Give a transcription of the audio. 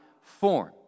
form